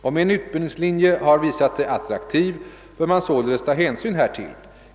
Om en utbildningslinje har visat sig attraktiv bör man således ta hänsyn härtill.